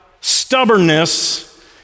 stubbornness